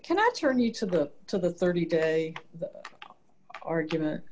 it cannot turn you to the to the thirty day argument